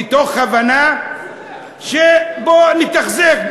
מתוך הבנה של בוא נתחזק,